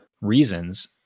reasons